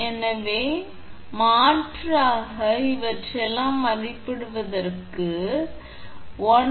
எனவே மற்றும் of க்கு மாற்றாக things மற்றும் this இவற்றையெல்லாம் மதிப்பிடுவதற்கு அது 1